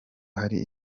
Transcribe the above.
hari